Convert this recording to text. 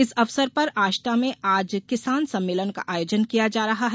इस अवसर पर आष्टा में आज किसान सम्मेलन का आयोजन किया जा रहा है